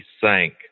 sank